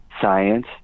science